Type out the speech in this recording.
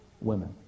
women